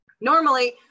normally